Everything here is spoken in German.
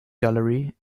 gallery